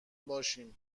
باشیم